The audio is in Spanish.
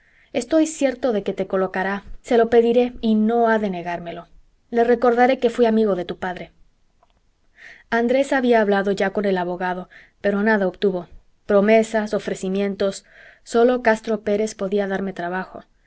estoy cierto de que te colocará se lo pediré y no ha de negármelo le recordaré que fué amigo de tu padre andrés había hablado ya con el abogado pero nada obtuvo promesas ofrecimientos sólo castro pérez podía darme trabajo